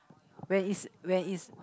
where is where is